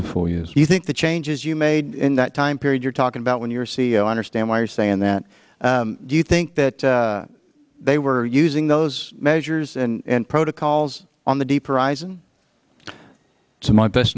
to four years you think the changes you made in that time period you're talking about when your ceo understand why you're saying that do you think that they were using those measures and and protocols on the deeper aizen to my best